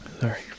sorry